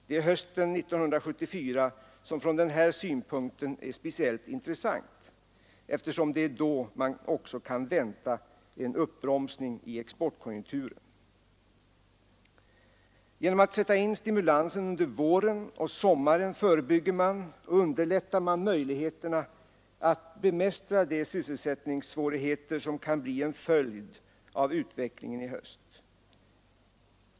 Det är hösten 1974 som från den här synpunkten är speciellt intressant, eftersom det är då man också kan vänta en uppbromsning i exportkonjunkturen. Att sätta in stimulanser under våren och sommaren verkar förebyggande och underlättar möjligheterna att bemästra de sysselsättningssvårigheter som kan bli en följd av utvecklingen i höst.